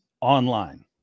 online